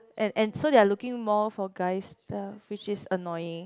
and and so they are looking more for guys which is annoying